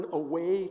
away